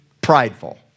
prideful